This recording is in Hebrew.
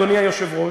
אדוני היושב-ראש,